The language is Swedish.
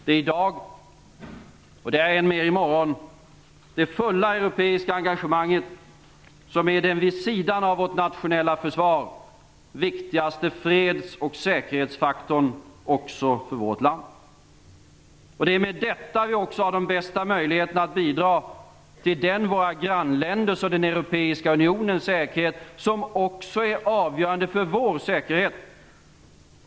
I dag - och än mer i morgon - är det det fulla europeiska engagemanget som är den viktigaste fredsoch säkerhetsfaktorn också för vårt land vid sidan av vårt nationella försvar. Det är med detta vi också har de bästa möjligheterna att bidra till den våra grannländers och den europeiska unionens säkerhet som också är avgörande för vår säkerhet.